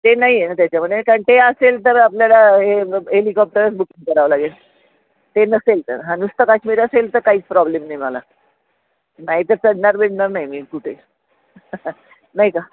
ते नाही आहे न त्याच्यामध्ये कारण ते असेल तर आपल्याला हे हेलिकॉप्टरच बुकिंग करावं लागेल ते नसेल तर ह नुसतं काश्मीर असेल तर काहीच प्रॉब्लेम नाही मला नाहीतर चढणार बिडनार नाही मी कुठे नाही का